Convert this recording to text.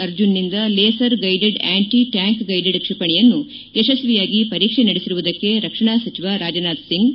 ಆರ್ಜುನ್ ನಿಂದ laser guided anti tank guided ಕ್ಷಿಪಣಿಯನ್ನು ಯಶಸ್ವಿಯಾಗಿ ಪರೀಕ್ಷೆ ನಡೆಸಿರುವುದಕ್ಕೆ ರಕ್ಷಣಾ ಸಚಿವ ರಾಜನಾಥ್ ಸಿಂಗ್